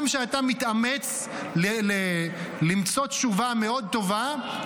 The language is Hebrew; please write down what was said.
גם כשאתה מתאמץ למצוא תשובה מאוד טובה,